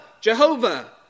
Jehovah